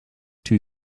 too